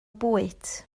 bwyd